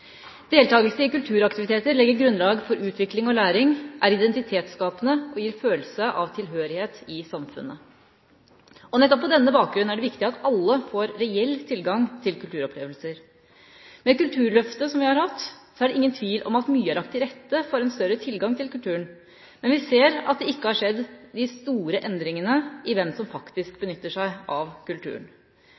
Deltakelse i kulturaktiviteter legger grunnlag for utvikling og læring, er identitetsskapende og gir følelse av tilhørighet i samfunnet. Nettopp på denne bakgrunn er det viktig at alle får reell tilgang til kulturopplevelser. Med Kulturløftet som vi har hatt, er det ingen tvil om at mye er lagt til rette for en større tilgang til kultur, men vi ser at det ikke har skjedd de store endringene i hvem som faktisk benytter seg av kulturen.